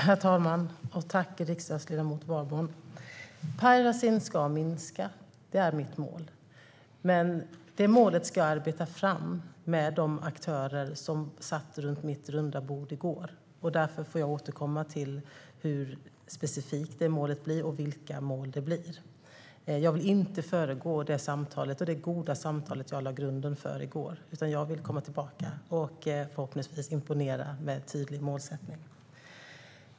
Herr talman! Jag tackar riksdagsledamot Warborn. Piracy ska minska. Det är mitt mål. Men det målet ska jag arbeta fram med de aktörer som satt runt mitt runda bord i går. Därför får jag återkomma till specifikt hur det målet blir. Jag vill inte föregå det goda samtal jag lade grunden för i går, utan jag vill komma tillbaka och förhoppningsvis imponera med ett tydligt mål.